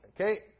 Okay